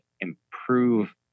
improve